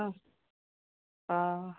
অঁ অঁ